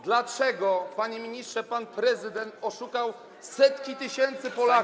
Dlaczego, panie ministrze, pan prezydent oszukał setki tysięcy Polaków.